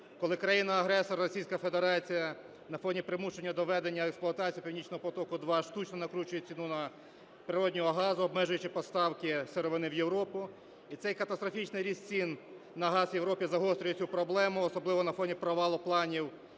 коли країна-агресор Російська Федерація на фоні примушення до введення в експлуатацію "Північного потоку-2" штучно накручує ціну природного газу, обмежуючи поставки сировини в Європу. І цей катастрофічний ріст цін на газ в Європі загострює цю проблему, особливо на фоні провалу планів